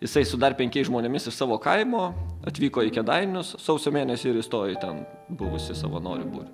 jisai su dar penkiais žmonėmis iš savo kaimo atvyko į kėdainius sausio mėnesį ir įstojo į ten buvusių savanorių būrį